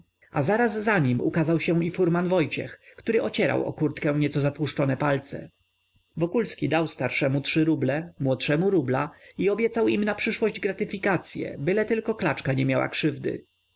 a zaraz po nim ukazał się i furman wojciech który ocierał o kurtkę nieco zatłuszczone palce wokulski dał starszemu trzy ruble młodszemu rubla i obiecał im na przyszłość gratyfikacye byle tylko klaczka nie miała krzywdy